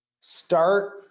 Start